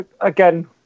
again